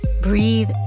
breathe